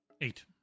Eight